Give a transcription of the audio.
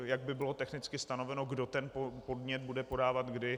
Jak by bylo technicky stanoveno, kdo ten podnět bude podávat, kdy?